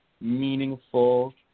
meaningful